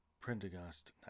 Prendergast